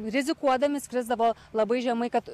rizikuodami skrisdavo labai žemai kad